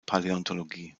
paläontologie